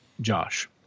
Josh